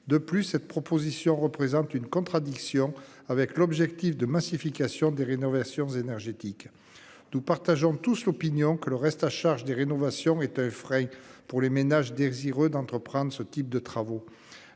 De plus cette proposition représente une contradiction avec l'objectif de massification des rénovations énergétiques, nous partageons tous l'opinion que le reste à charge des rénovations et frais pour les ménages désireux d'entreprendre ce type de travaux.